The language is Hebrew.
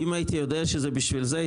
אם הייתי יודע שזה בשביל זה,